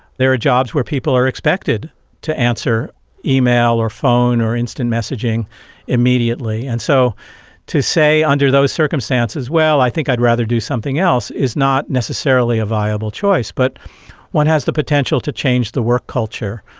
there are jobs where people are expected to answer email or phone or instant messaging immediately. and so to say under those circumstances well, i think i'd rather do something else' is not necessarily a viable choice. but one has the potential to change the work culture.